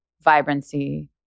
vibrancy